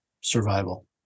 survival